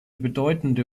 bedeutende